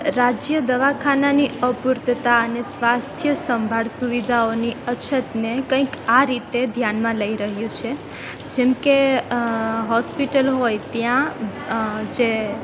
રાજ્ય દવાખાનાની અપૂર્તતા અને સ્વાસ્થ્ય સંભાળ સુવિધાઓની અછતને કંઈક આ રીતે ધ્યાનમાં લઈ રહ્યું છે જેમ કે હોસ્પિટલ હોય ત્યાં જે